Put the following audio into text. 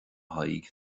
thaidhg